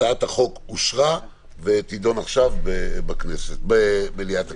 הצעת החוק אושרה ותידון עכשיו במליאת הכנסת.